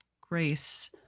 Grace